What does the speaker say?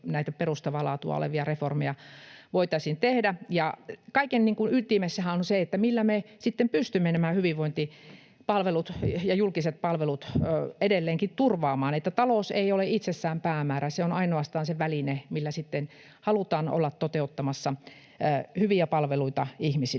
näitä perustavaa laatua olevia reformeja voitaisiin tehdä. Kaiken ytimessähän on se, millä me sitten pystymme nämä hyvinvointipalvelut ja julkiset palvelut edelleenkin turvaamaan. Talous ei ole itsessään päämäärä, se on ainoastaan se väline, millä sitten halutaan olla toteuttamassa hyviä palveluita ihmisille.